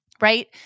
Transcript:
right